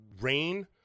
rain